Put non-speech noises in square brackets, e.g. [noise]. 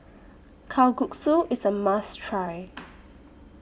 Kalguksu IS A must Try [noise]